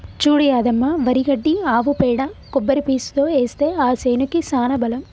చూడు యాదమ్మ వరి గడ్డి ఆవు పేడ కొబ్బరి పీసుతో ఏస్తే ఆ సేనుకి సానా బలం